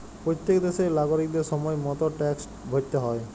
প্যত্তেক দ্যাশের লাগরিকদের সময় মত ট্যাক্সট ভ্যরতে হ্যয়